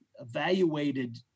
evaluated